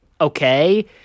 okay